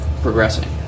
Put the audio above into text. progressing